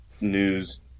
news